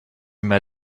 mir